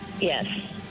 Yes